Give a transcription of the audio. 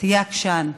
תהיה עקשן.